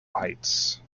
heights